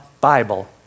Bible